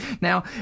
now